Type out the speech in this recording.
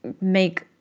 make